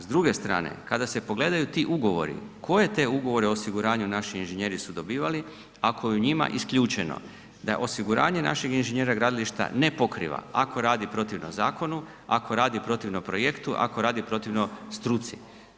S druge strane, kada se pogledaju ti ugovori, koje te Ugovore o osiguranju naši inženjeri su dobivali ako je u njima isključeno da ih osiguranje našeg inženjera gradilišta ne pokriva, ako radi protivno zakonu, ako radi protivno projektu, ako radi protivno struci.